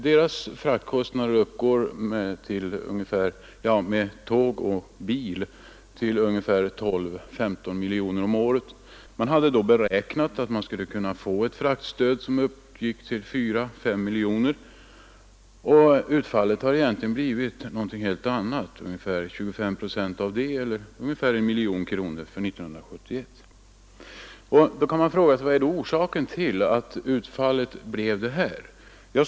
NJA:s kostnader för frakter med tåg och bil uppgår till 12—15 miljoner kronor om året, och man hade beräknat att man skulle kunna få ett fraktstöd som uppgick till 4—5 miljoner kronor. Utfallet har emellertid blivit ett helt annat; man har fått ungefär 25 procent av vad man beräknat — eller ungefär 1 miljon kronor för 1971. Man kan då fråga sig vad som är orsaken till att utfallet blev sådant.